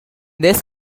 this